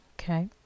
Okay